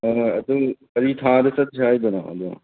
ꯍꯣꯏ ꯍꯣꯏ ꯑꯗꯨ ꯀꯔꯤ ꯊꯥꯗ ꯆꯠꯁꯦ ꯍꯥꯏꯗꯣꯏꯅꯣ ꯑꯗꯣ